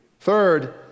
Third